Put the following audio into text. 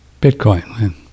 Bitcoin